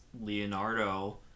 Leonardo